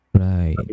Right